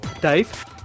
Dave